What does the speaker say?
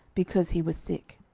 because he was sick.